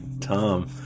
Tom